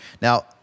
Now